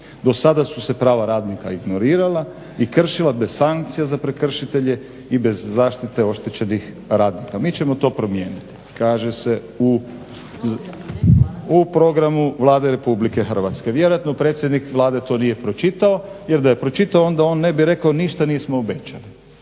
Do sada su se prava radnika ignorirala i kršila bez sankcije za prekršitelje i bez zaštite oštećenih radnika. Mi ćemo to promijeniti kaže se u Programu Vlade RH. Vjerojatno predsjednik Vlade nije to pročitao jer da je pročitao onda on ne bi rekao ništa nismo obećali.